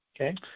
Okay